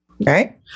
Right